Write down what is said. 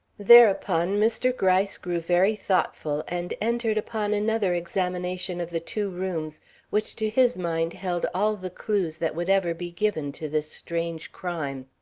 thereupon mr. gryce grew very thoughtful and entered upon another examination of the two rooms which to his mind held all the clews that would ever be given to this strange crime.